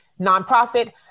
nonprofit